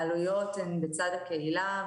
העלויות הן בצד הקהילה,